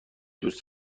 دوست